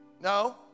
No